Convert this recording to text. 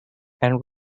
and